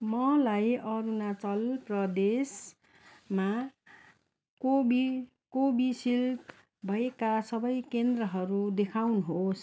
मलाई अरुणाचल प्रदेशमा कोभि कोभिसिल्ड भएका सबै केन्द्रहरू देखाउनुहोस्